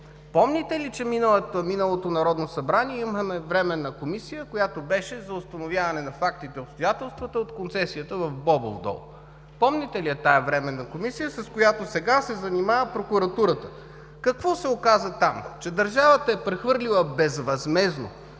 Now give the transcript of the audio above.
Помните ли имахме Временна комисия, която беше за установяване на фактите и обстоятелствата от концесията в Бобов дол? Помните ли я тази Временна комисия, с която сега се занимава прокуратурата? Какво се оказа там? Че държавата е прехвърлила безвъзмездно,